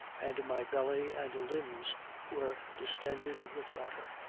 and my belly and limbs were distended with water.